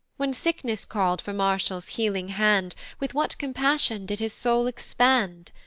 when sickness call'd for marshall's healing hand, with what compassion did his soul expand?